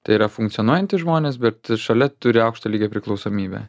tai yra funkcionuojantys žmonės bet šalia turi aukšto lygio priklausomybę